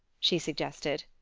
she suggested.